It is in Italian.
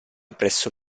presso